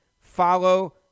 Follow